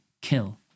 kill